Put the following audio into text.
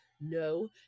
no